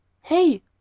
Hey